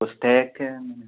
ഉസ്തേക്കൻ